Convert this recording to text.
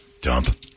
Dump